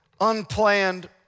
unplanned